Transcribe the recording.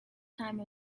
time